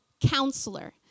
counselor